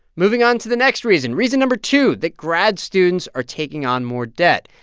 moving on to the next reason, reason no. two, that grad students are taking on more debt.